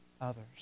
others